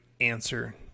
answer